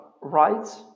rights